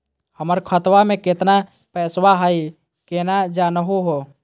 हमर खतवा मे केतना पैसवा हई, केना जानहु हो?